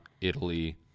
italy